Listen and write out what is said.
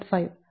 5